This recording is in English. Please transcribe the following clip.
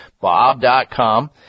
Bob.com